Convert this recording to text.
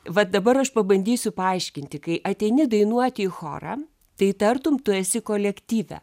vat dabar aš pabandysiu paaiškinti kai ateini dainuoti į chorą tai tartum tu esi kolektyve